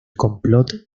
complot